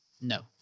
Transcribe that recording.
No